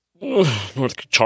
North